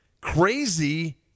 crazy